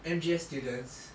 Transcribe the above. M_G_S students